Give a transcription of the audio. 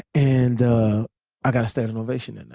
and i got a standing ovation and